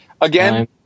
Again